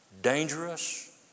dangerous